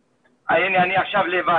הנושא.